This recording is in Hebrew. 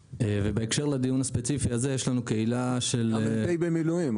ובהקשר לדיון הספציפי הזה יש לנו קהילה של --- אתה מ"פ במילואים.